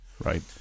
Right